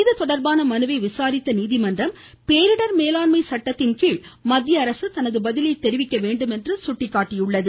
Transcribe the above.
இதுதொடர்பான மனுவை விசாரித்த நீதிமன்றம் பேரிடர் மேலாண்மை சட்டத்தின் கீழ் மத்திய அரசு தனது பதிலை தெரிவிக்க வேண்டும் என்று கூறியுள்ளது